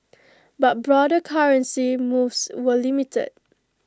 but broader currency moves were limited